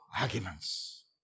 Arguments